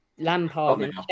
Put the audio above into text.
Lampard